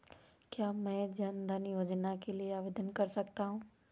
क्या मैं जन धन योजना के लिए आवेदन कर सकता हूँ?